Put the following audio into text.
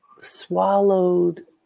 swallowed